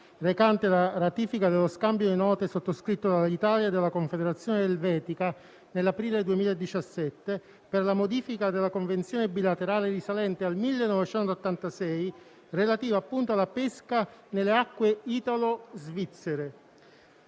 ed esecuzione dello scambio di note, sottoscritto dall'Italia e dalla Confederazione elvetica nell'aprile 2017, per la modifica della Convenzione bilaterale risalente al 1986, relativa, appunto, alla pesca nelle acque italo-svizzere.